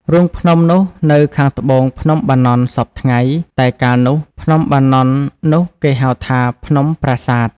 រូងភ្នំនោះនៅខាងត្បូង ភ្នំ បាណន់ សព្វថ្ងៃ តែកាលនោះ ភ្នំបាណន់ នោះគេហៅថា ភ្នំប្រាសាទ ។